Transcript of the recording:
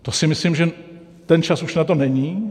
To si myslím, že ten čas už na to není.